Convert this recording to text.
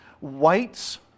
Whites